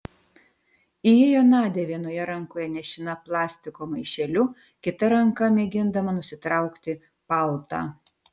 įėjo nadia vienoje rankoje nešina plastiko maišeliu kita ranka mėgindama nusitraukti paltą